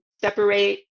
separate